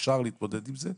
אפשר להתמודד עם זה.